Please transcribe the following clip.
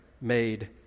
made